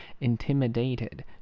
intimidated